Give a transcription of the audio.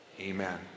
Amen